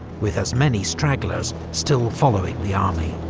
with as many stragglers still following the army.